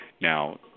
Now